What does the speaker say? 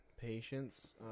patience